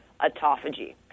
autophagy